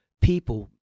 people